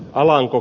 alanko